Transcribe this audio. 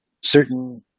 certain